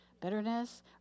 bitterness